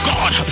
God